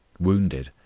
wounded,